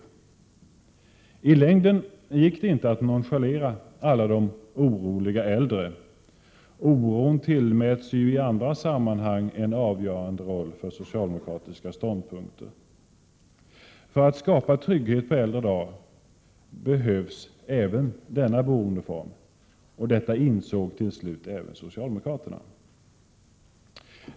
I längden gick det inte att nonchalera alla de oroliga äldre — oron tillmäts ju i andra sammanhang en avgörande roll för socialdemokratiska ståndpunkter. För att skapa trygghet på äldre dagar behövs även denna boendeform. Detta insåg till slut även socialdemokraterna.